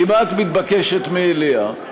כמעט מתבקשת מאליה,